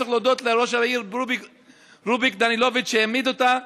צריך להודות לראש העיר רוביק דנילוביץ שהעמיד אותו,